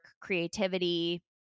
creativity